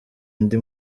undi